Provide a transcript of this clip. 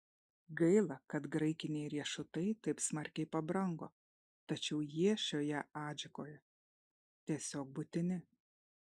gaila kad graikiniai riešutai taip smarkiai pabrango tačiau jie šioje adžikoje tiesiog būtini